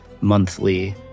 monthly